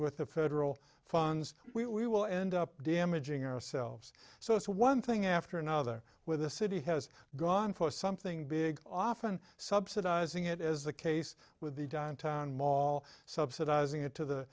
of federal funds we will end up damaging ourselves so it's one thing after another with the city has gone for something big often subsidizing it as the case with the downtown mall subsidizing it to the